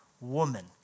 woman